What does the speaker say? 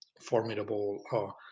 formidable